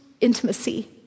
intimacy